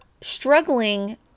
struggling